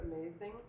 amazing